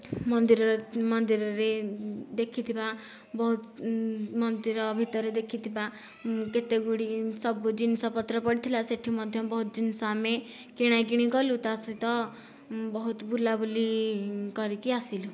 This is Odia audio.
ମନ୍ଦିରରେ ମନ୍ଦିରରେ ଦେଖିଥିବା ବହୁତ ମନ୍ଦିର ଭିତରେ ଦେଖିଥିବା କେତେ ଗୁଡ଼ିଏ ସବୁ ଜିନିଷ ପତ୍ର ପଡ଼ିଥିଲା ସେଠି ମଧ୍ୟ ବହୁତ ଜିନିଷ ଆମେ କିଣା କିଣି କଲୁ ତା ସହିତ ବହୁତ ବୁଲା ବୁଲି କରିକି ଆସିଲୁ